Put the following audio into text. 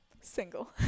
single